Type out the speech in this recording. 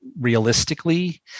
realistically